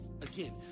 Again